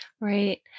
Right